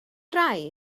rai